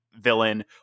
villain